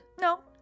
No